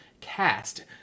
CAST